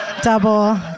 Double